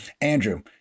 Andrew